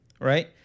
Right